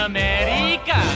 America